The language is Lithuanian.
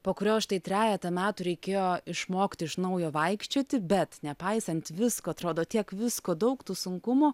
po kurio štai trejetą metų reikėjo išmokti iš naujo vaikščioti bet nepaisant visko atrodo tiek visko daug tų sunkumų